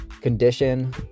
condition